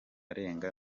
arenga